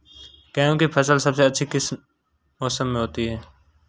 गेंहू की फसल सबसे अच्छी किस मौसम में होती है?